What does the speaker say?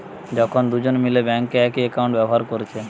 যখন দুজন মিলে বেঙ্কে একই একাউন্ট ব্যাভার কোরছে